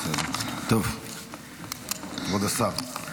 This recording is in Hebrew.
כבוד השר.